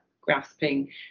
grasping